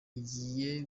igiye